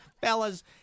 Fellas